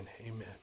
amen